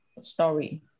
story